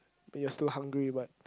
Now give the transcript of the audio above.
but you're still hungry but